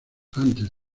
antes